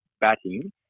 batting